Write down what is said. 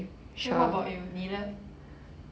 then what about you 你 leh